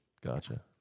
Gotcha